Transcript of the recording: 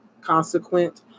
consequent